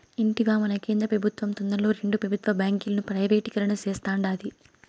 ఇంటివా, మన కేంద్ర పెబుత్వం తొందరలో రెండు పెబుత్వ బాంకీలను ప్రైవేటీకరణ సేస్తాండాది